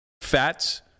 fats